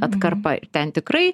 atkarpa ten tikrai